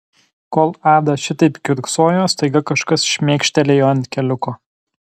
kol ada šitaip kiurksojo staiga kažkas šmėkštelėjo ant keliuko